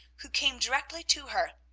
who came directly to her,